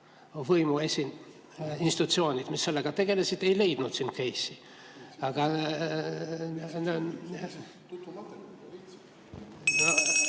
võimu institutsioonid, mis sellega tegelesid, ei leidnud siin keissi. (Mart